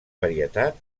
varietat